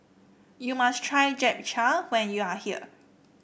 you must try Japchae when you are here